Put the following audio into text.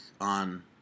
on